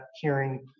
hearing